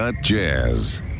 Jazz